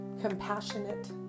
Compassionate